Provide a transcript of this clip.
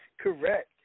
Correct